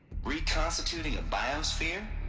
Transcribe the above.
reconstituting a biosphere.